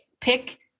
pick